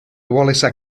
wallace